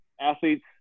athletes